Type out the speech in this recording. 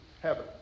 heaven